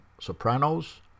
sopranos